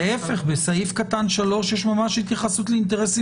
בסעיף קטן (3) יש ממש התייחסות לאינטרסים